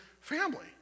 family